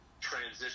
transition